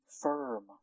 firm